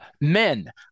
Men